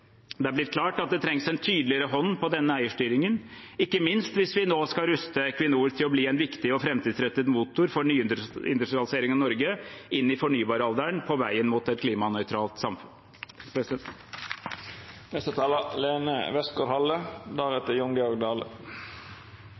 Det er blitt klart at det trengs en tydeligere hånd med denne eierstyringen, ikke minst hvis vi nå skal ruste Equinor til å bli en viktig og framtidsrettet motor for nyindustrialisering av Norge inn i fornybaralderen på veien mot et klimanøytralt samfunn.